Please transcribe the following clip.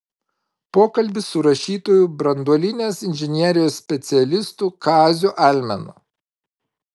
pokalbis su rašytoju branduolinės inžinerijos specialistu kaziu almenu